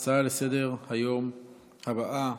נעבור להצעות לסדר-היום בנושא: